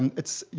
and it's you